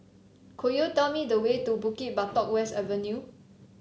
could you tell me the way to Bukit Batok West Avenue